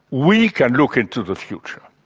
we can look into the future,